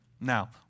Now